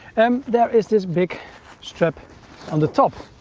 um there is this big strap on the top.